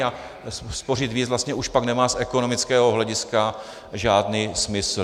A spořit víc vlastně pak už nemá z ekonomického hlediska žádný smysl.